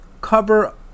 cover